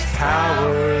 power